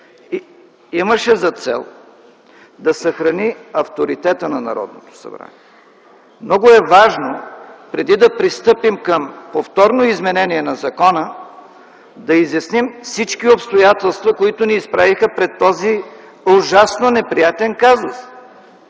имаше за цел да съхрани авторитета на Народното събрание. Много е важно преди да пристъпим към повторно изменение на закона да изясним всички обстоятелства, които ни изправиха пред този ужасно неприятен казус,